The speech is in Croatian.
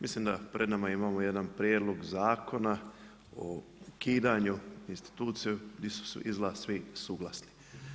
Mislim da pred nama imamo jedan prijedlog zakona o ukidanju institucije gdje su iznad svi suglasni.